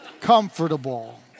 comfortable